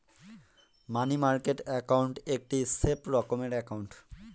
মানি market account একটি safe রকমের account